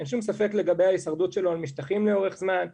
אין שום ספק לגבי ההישרדות שלו על משטחים לאורך זמן,